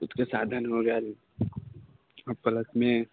सभकिछुके साधन हो गैल आ पलसमे